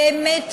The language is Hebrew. באמת,